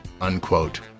unquote